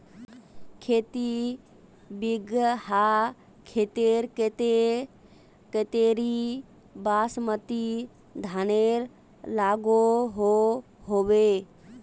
खेती बिगहा खेतेर केते कतेरी बासमती धानेर लागोहो होबे?